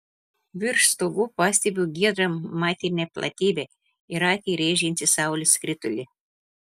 virš stogų pastebiu giedrą matinę platybę ir akį rėžiantį saulės skritulį